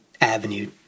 avenue